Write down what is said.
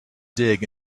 dig